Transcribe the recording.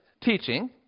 teaching